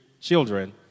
children